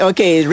Okay